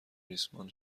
ریسمان